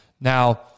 Now